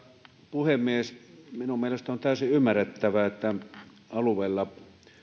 puhemies minun mielestäni on täysin ymmärrettävää että alueella